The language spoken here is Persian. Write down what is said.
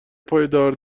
پایدار